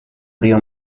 río